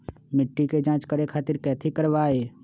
मिट्टी के जाँच करे खातिर कैथी करवाई?